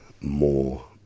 more